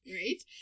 right